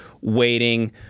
waiting